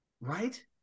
right